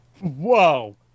Whoa